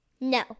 No